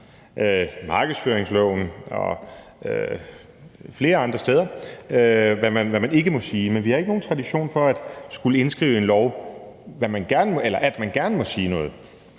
markedsføringsloven og flere andre steder – altså hvad man ikke må sige, men vi har ikke nogen tradition for at skulle indskrive i en lov, at man gerne må sige noget.